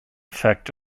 effect